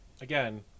again